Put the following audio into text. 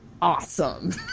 awesome